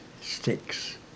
sticks